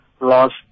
lost